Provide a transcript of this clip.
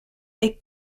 est